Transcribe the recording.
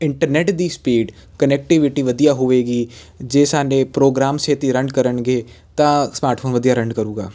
internet ਦੀ speed connectivity ਵਧੀਆ ਹੋਵੇਗੀ ਜੇ ਸਾਡੇ ਪ੍ਰੋਗਰਾਮ ਛੇਤੀ ਰਨ ਕਰਨਗੇ ਤਾਂ ਸਮਾਰਟਫੋਨ ਵਧੀਆ ਰੈਂਡ ਕਰੇਗਾ